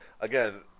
again